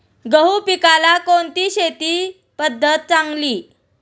गहू पिकाला कोणती शेती पद्धत चांगली?